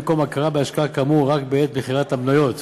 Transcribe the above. במקום הכרה בהשקעה כאמור רק בעת מכירת המניות.